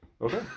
Okay